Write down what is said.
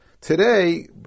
Today